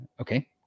Okay